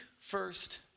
first